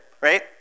right